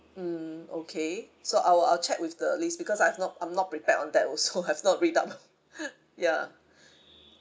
mm okay so I'll I'll check with the list because I've not I'm not prepare on that also have not been done ya